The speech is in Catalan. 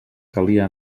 calia